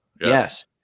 Yes